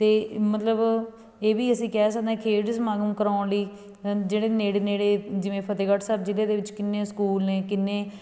ਅਤੇ ਮਤਲਬ ਇਹ ਵੀ ਅਸੀਂ ਕਹਿ ਸਕਦੇ ਹਾਂ ਖੇਡ ਸਮਾਗਮ ਕਰਵਾਉਣ ਲਈ ਜਿਹੜੇ ਨੇੜੇ ਨੇੜੇ ਜਿਵੇਂ ਫਤਹਿਗੜ੍ਹ ਸਾਹਿਬ ਜ਼ਿਲ੍ਹੇ ਦੇ ਵਿੱਚ ਕਿੰਨੇ ਸਕੂਲ ਨੇ ਕਿੰਨੇ